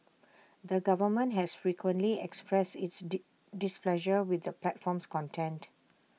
the government has frequently expressed its displeasure with the platform's content